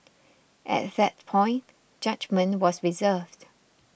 at that point judgement was reserved